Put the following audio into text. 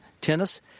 tennis